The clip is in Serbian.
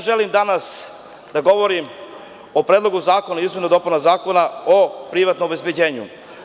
Želim danas da govorim o Predlogu zakona o izmenama i dopunama Zakona o privatnom obezbeđenju.